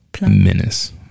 Menace